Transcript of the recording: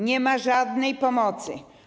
Nie ma żadnej pomocy.